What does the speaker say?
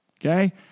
Okay